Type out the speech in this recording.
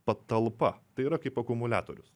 patalpa tai yra kaip akumuliatorius